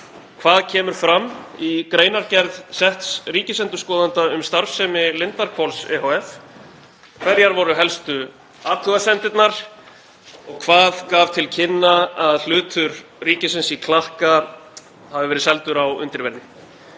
Hvað kemur fram í greinargerð setts ríkisendurskoðanda um starfsemi Lindarhvols ehf.? Hverjar voru helstu athugasemdirnar og hvað gaf til kynna að hlutur ríkisins í Klakka hefði verið seldur á undirverði?